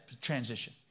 transition